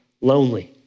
Lonely